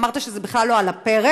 ואמרת שזה בכלל לא על הפרק,